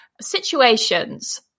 situations